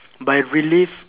by relieve